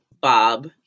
Bob